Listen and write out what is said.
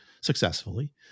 successfully